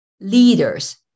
leaders